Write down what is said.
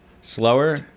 Slower